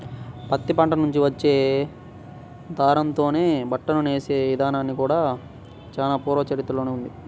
పత్తి పంట నుంచి వచ్చే దారంతోనే బట్టను నేసే ఇదానానికి కూడా చానా పూర్వ చరిత్రనే ఉంది